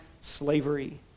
slavery